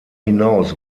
hinaus